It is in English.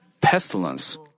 pestilence